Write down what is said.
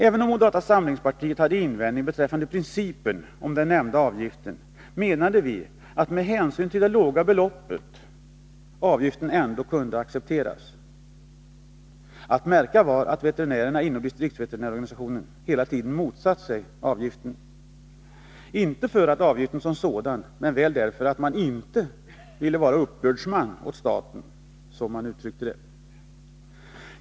Även om moderata samlingspartiet hade invändningar beträffande principen om den nämnda avgiften menade vi att ävgiften med hänsyn till det låga beloppet ändå kunde accepteras. Att märka är att veterinärerna inom distriktsveterinärorganisationen hela tiden motsatte sig avgiften. Man motsatte sig inte avgiften som sådan, men man ville inte vara uppbördsman åt staten, som man uttryckte det.